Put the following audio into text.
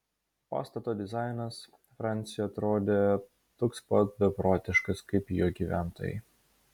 pastato dizainas franciui atrodė toks pat beprotiškas kaip ir jo gyventojai